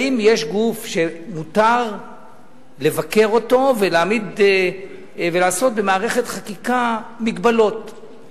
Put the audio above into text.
האם יש גוף שמותר לבקר אותו ולעשות במערכת החקיקה מגבלות עליו?